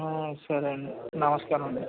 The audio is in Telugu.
సరే అండి నమస్కారం అండి